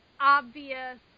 obvious